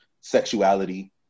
sexuality